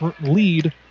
lead